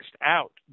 out